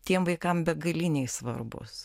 tiem vaikam begaliniai svarbus